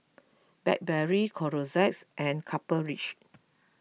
Blackberry Clorox and Copper Ridge